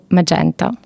Magenta